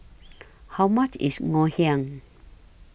How much IS Ngoh Hiang